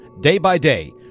day-by-day